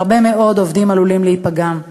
והרבה מאוד עובדים עלולים להיפגע.